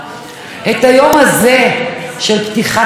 להסתכל בעיני האזרחים והאזרחיות ולהגיד: